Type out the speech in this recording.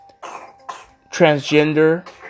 transgender